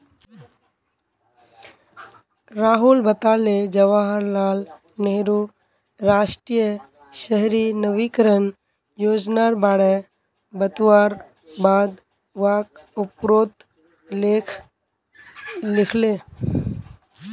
राहुल बताले जवाहर लाल नेहरूर राष्ट्रीय शहरी नवीकरण योजनार बारे बतवार बाद वाक उपरोत लेख लिखले